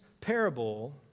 parable